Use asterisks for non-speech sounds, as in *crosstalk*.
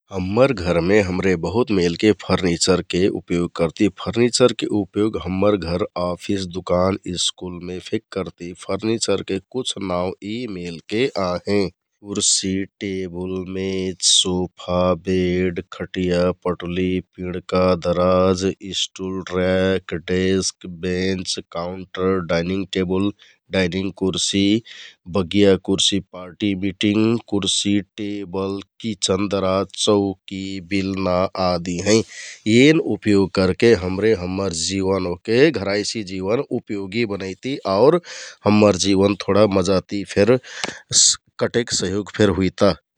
हम्मर घरमे हमरे बहुत मेलके फर्निचरके उपयोग करति । फरर्निचर उपयोग हम्मर घर, आफिस, दुकान, स्कुलमे फेक करति । यि फर्निचरके कुछ नाउँ यि मेलके आहें कुर्सी, टेबुल, मेच, सोफा, बेड, खटिया, पटुलि, पिंडका, दराज, stool, rack, desk, bench counter, dining table, dining कुर्सी, बगिया कुर्सी, पार्टी मिटिङ्ग, कुर्सी, टेबल, किचन दराज, चौकि, बिलना आदि हैं । एन उपयोग करके हमरे हम्मर जिवन ओहके घरायसी जिवन उपयोगी बनैति आउर हम्मर जिवन थोडा मजा ति फेर *noise* कटेक सहयोग फेर हुइता ।